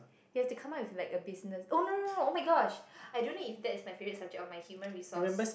you have to come up with like a business oh no no no oh-my-gosh I don't know if that's my favourite subject or my human resource